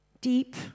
Deep